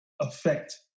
affect